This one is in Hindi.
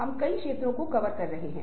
और यह लुइसविले विश्वविद्यालय का हैं